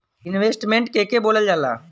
Investment के के बोलल जा ला?